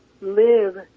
live